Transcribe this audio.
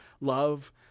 Love